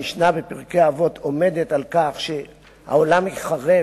מכיוון שהמשנה בפרקי אבות עומדת על כך שהעולם ייחרב